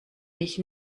mich